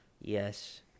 yes